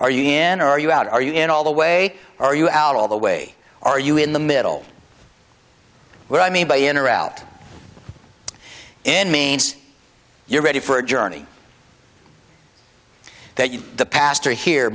are you again are you out are you in all the way are you out all the way are you in the middle where i mean by in or out in means you're ready for a journey that you the pastor here